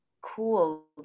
cool